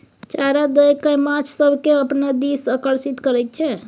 चारा दए कय माछ सभकेँ अपना दिस आकर्षित करैत छै